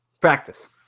Practice